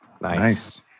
Nice